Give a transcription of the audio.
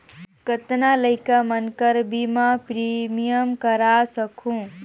कतना लइका मन कर बीमा प्रीमियम करा सकहुं?